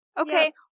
okay